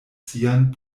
sian